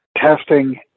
testing